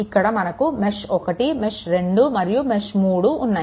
ఇక్కడ మనకు mesh one mesh two మరియు మెష్3 ఉన్నాయి